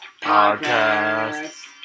Podcast